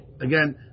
again